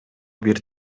бир